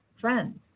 friends